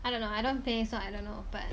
I don't know I don't pay so I don't know but